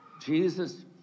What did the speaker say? Jesus